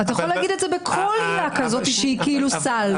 אתה יכול להגיד את זה בכל עילה כזאת שהיא כאילו סל.